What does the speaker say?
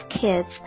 kids